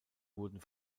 wurden